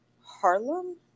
Harlem